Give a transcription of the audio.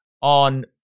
on